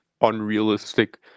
unrealistic